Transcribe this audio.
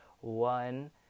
one